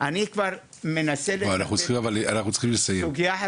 אנחנו צריכים לסיים.